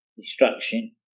destruction